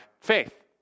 faith